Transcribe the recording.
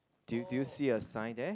do do you see a sign there